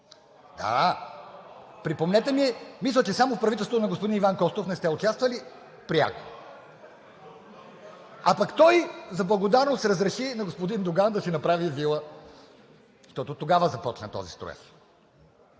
Даа... Припомнете ми. Мисля, че само в правителството на господин Иван Костов не сте участвали пряко. А пък той за благодарност разреши на господин Доган да си направи вила, защото тогава започна този строеж.